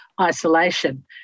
isolation